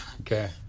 Okay